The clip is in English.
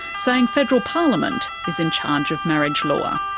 saying federal parliament is in charge of marriage law.